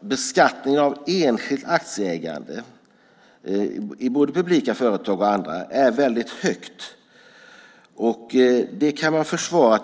Beskattningen av enskilt aktieägande, i både publika företag och andra, är väldigt hög. Det kan man försvara